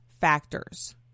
factors